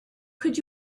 could